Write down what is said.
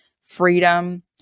freedom